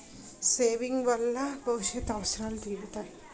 saving వలన భవిష్యత్ అవసరాలు తీరుతాయి